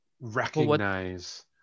recognize